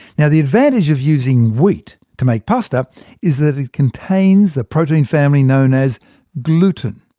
now the advantage of using wheat to make pasta is that it contains the protein family known as gluten.